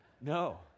No